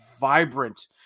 vibrant